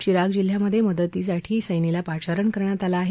चिंराग जिल्ह्यामधे मदतीसाठी सैनेला पाचारण करण्यात आले आहे